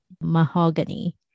Mahogany